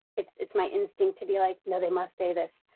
it's it's my instinct to be like, no they must say this.